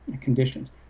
conditions